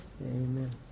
Amen